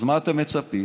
אז מה אתם מצפים,